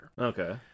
Okay